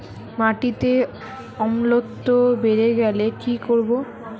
মাটিতে অম্লত্ব বেড়েগেলে কি করব?